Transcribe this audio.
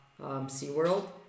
SeaWorld